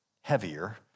heavier